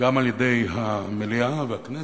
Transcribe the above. גם על-ידי המליאה והכנסת.